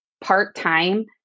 part-time